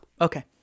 okay